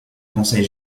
conseil